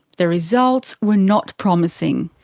the results were not promising.